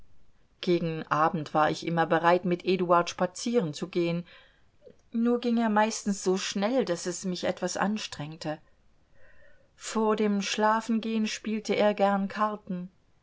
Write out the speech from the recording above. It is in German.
gegen abend war ich immer bereit mit eduard spazieren zu gehen nur ging er meistens so schnell daß es mich etwas anstrengte vor dem schlafengehen spielte er gern karten